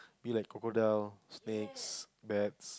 be like crocodiles snakes bats